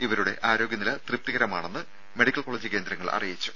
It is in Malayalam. ഇവരുടെ ആരോഗ്യ നില തൃപ്തികരമാണെന്ന് മെഡിക്കൽ കോളജ് കേന്ദ്രങ്ങൾ അറിയിച്ചു